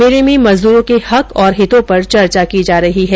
मेले में मजदूरों के हक और हितों पर चर्चा की जा रही है